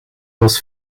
was